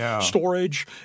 storage